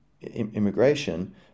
immigration